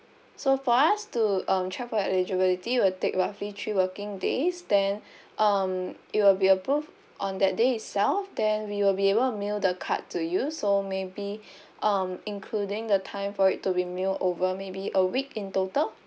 so for us to um check for eligibility will take roughly three working days then um it will be approved on that day itself then we will be able mail the card to you so maybe um including the time for it to be mail over maybe a week in total